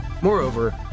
Moreover